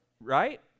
right